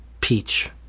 peach